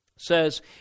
says